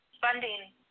funding